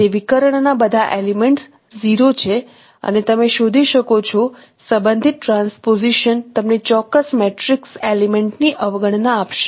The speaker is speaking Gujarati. તે વિકર્ણ ના બધા એલિમેન્ટ્સ 0 છે અને તમે શોધી શકો છો સંબંધિત ટ્રાન્સપોઝિશન તમને ચોક્કસ મેટ્રિક્સ એલિમેન્ટ્સ ની અવગણના આપશે